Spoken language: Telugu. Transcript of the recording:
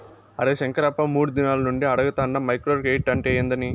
అరే శంకరప్ప, మూడు దినాల నుండి అడగతాండ మైక్రో క్రెడిట్ అంటే ఏందని